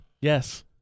Yes